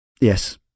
yes